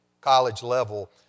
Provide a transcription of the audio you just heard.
college-level